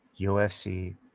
UFC